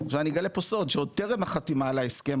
ואני אגלה פה סוד שעוד טרם החתימה על ההסכם,